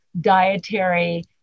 dietary